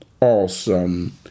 awesome